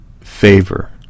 favor